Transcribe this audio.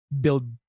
build